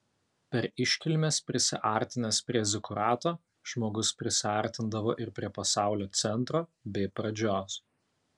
per iškilmes prisiartinęs prie zikurato žmogus prisiartindavo ir prie pasaulio centro bei pradžios